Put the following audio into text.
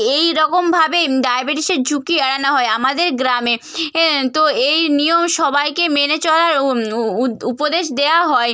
এই রকমভাবে ডায়াবেটিসের ঝুঁকি এড়ানো হয় আমাদের গ্রামে এ তো এই নিয়ম সবাইকে মেনে চলার উম উ উদ উপদেশ দেওয়া হয়